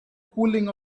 cooling